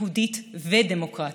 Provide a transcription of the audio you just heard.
יהודית ודמוקרטית,